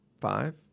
five